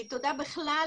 תודה בכלל,